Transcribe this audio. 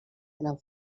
tenen